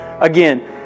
Again